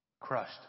crushed